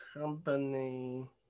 company